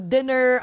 Dinner